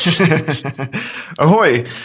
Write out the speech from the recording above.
Ahoy